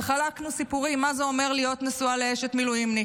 וחלקנו סיפורים על מה זה אומר להיות אשת מילואימניק,